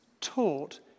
taught